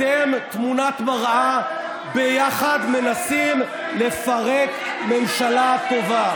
אתם תמונת מראה, ביחד מנסים לפרק ממשלה טובה.